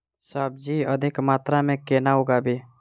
सब्जी अधिक मात्रा मे केना उगाबी?